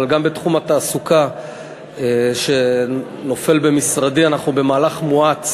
אבל גם בתחום התעסוקה שנופל במשרדי אנחנו במהלך מואץ